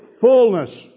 fullness